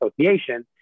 association